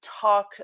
talk